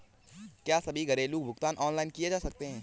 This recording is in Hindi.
क्या सभी घरेलू भुगतान ऑनलाइन किए जा सकते हैं?